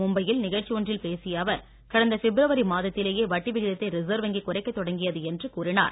மும்பையில் நிகழ்ச்சி ஒன்றில் பேசிய அவர் கடந்த பிப்ரவரி மாதத்திலேயே வட்டி விகிதத்தை ரிசர்வ் வங்கி குறைக்கத் தொடங்கியது என்று கூறினார்